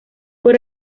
fue